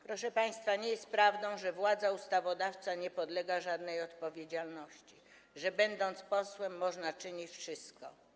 Proszę państwa, nie jest prawdą, że władza ustawodawcza nie podlega żadnej odpowiedzialności, że będąc posłem, można czynić wszystko.